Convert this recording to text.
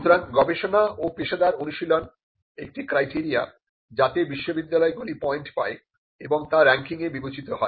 সুতরাং গবেষণা ও পেশাদার অনুশীলন একটি ক্রাইটেরিয়া যাতে বিশ্ববিদ্যালয়গুলি পয়েন্ট পায় এবং তা রেংকিংয়ে বিবেচিত হয়